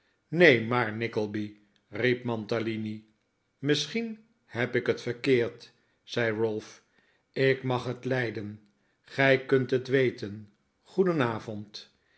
maar nickleby riep mantalini misschien heb ik het verkeerd zei ralph ik mag het lijden gij kunt het weten